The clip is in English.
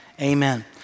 amen